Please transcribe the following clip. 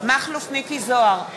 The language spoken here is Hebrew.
מכלוף מיקי זוהר,